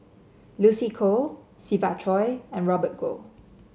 Lucy Koh Siva Choy and Robert Goh